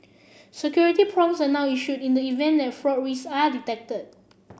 security prompts are now issued in the event that fraud risks are detected